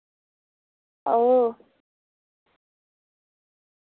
ओ